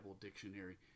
Dictionary